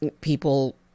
people